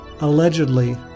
allegedly